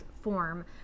form